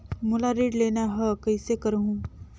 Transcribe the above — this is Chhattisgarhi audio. मोला ऋण लेना ह, कइसे करहुँ?